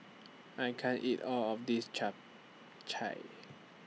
I can't eat All of This Chap Chai